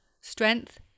Strength